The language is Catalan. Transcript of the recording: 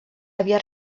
havia